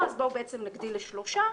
בואו נגדיל לשלושה.